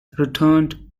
returned